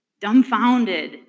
Dumbfounded